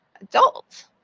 adult